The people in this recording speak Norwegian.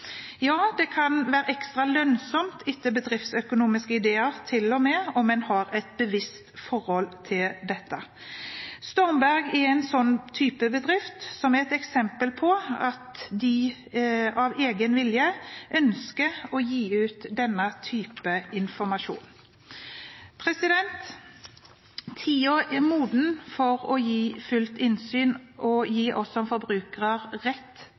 Ja, det kan være ekstra lønnsomt – etter bedriftsøkonomiske ideer, til og med – om en har et bevisst forhold til dette. Stormberg er en bedrift som er et eksempel på at man av egen vilje ønsker å gi ut denne typen informasjon. Tiden er moden for å gi fullt innsyn og oss som forbrukere rett